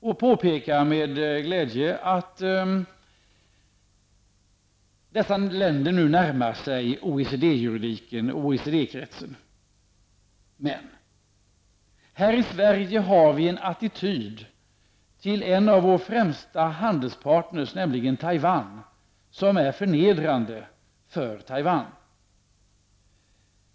Hon säger med glädje att dessa länder närmar sig OECD-juridiken och OECD-kretsen. Men, här i Sverige har vi en attityd till en av våra främsta handelspartner Tawain, som är förnedrande.